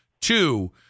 Two